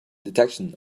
detection